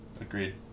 Agreed